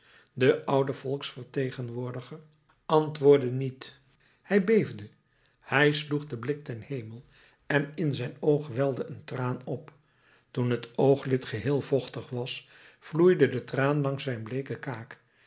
de oude volksvertegenwoordiger antwoordde niet hij beefde hij sloeg den blik ten hemel en in zijn oog welde een traan op toen het ooglid geheel vochtig was vloeide de traan langs zijn bleeke kaak